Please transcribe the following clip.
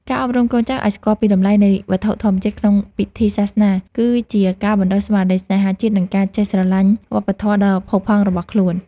ការអប់រំកូនចៅឱ្យស្គាល់ពីតម្លៃនៃវត្ថុធម្មជាតិក្នុងពិធីសាសនា គឺជាការបណ្តុះស្មារតីស្នេហាជាតិ និងការចេះស្រឡាញ់វប្បធម៌ដ៏ផូរផង់របស់ខ្លួន។